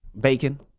Bacon